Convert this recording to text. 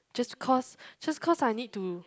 just cause just cause I need to